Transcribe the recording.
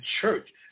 church